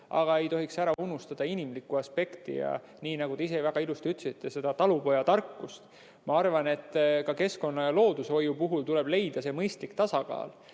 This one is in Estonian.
aga ei tohiks seejuures ära unustada inimlikku aspekti ja, nagu te ise väga ilusti ütlesite, talupojatarkust. Ma arvan, et ka keskkonna ja loodushoiu puhul tuleb leida mõistlik tasakaal.